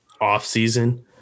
off-season